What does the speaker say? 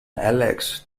alex